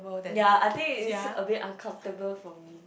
ya I think it is a very uncomfortable for me